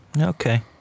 Okay